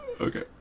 Okay